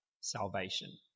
salvation